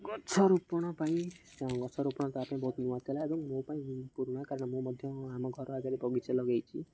ଗଛରୋପଣ ପାଇଁ ଗଛରୋପଣ ତା ପାଇଁ ବହୁତ ନୂଆ ଥିଲା ଏବଂ ମୋ ପାଇଁ ପୁରୁଣା କାରଣ ମୁଁ ମଧ୍ୟ ଆମ ଘର ଆଗରେ ବଗିଚା ଲଗାଇଛି